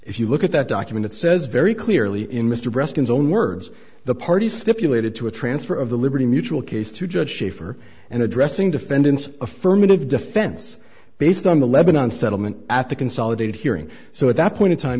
if you look at that document it says very clearly in mr preston zone words the parties stipulated to a transfer of the liberty mutual case to judge shaffer and addressing defendants affirmative defense based on the lebanon settlement at the consolidated hearing so at that point in time